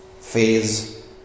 Phase